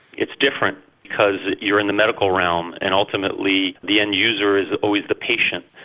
it's different because you're in the medical realm, and ultimately the end user is always the patient.